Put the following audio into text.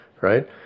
Right